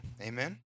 Amen